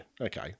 Okay